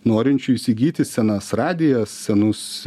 norinčių įsigyti senas radijas senus